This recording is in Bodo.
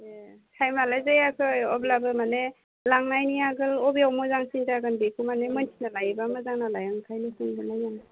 ए टाइमालाय जायाखै अब्लाबो माने लांनायनि आगोल अबेयाव मोजांसिन जागोन बेखौ माने मोन्थिनो लायोब्ला मोजां नालाय ओंखायनो सोंदोंमोन आरो